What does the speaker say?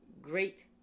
great